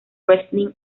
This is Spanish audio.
wrestling